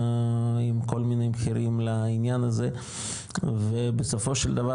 עם כל מיני מחירים לעניין הזה ובסופו של דבר,